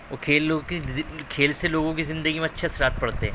اور کھیلوں کی زندگی کھیل سے لوگوں کی زندگی میں اچھے اثرات پڑتے ہیں